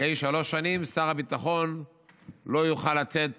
אחרי שלוש שנים שר הביטחון לא יוכל לתת